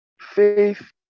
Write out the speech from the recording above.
faith